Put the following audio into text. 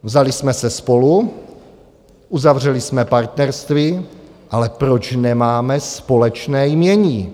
Vzali jsme se spolu, uzavřeli jsme partnerství ale proč nemáme společné jmění?